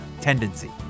tendency